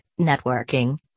networking